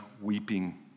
weeping